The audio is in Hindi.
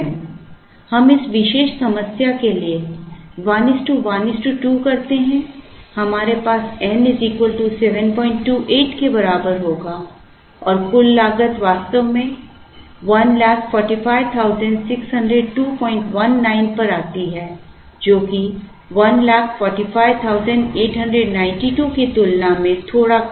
हम इस विशेष समस्या के लिए 112 करते हैं हमारे पास n 728 के बराबर होगा और कुल लागत वास्तव में 14560219 पर आती है जो कि 145892 की तुलना में थोड़ी कम है